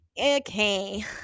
okay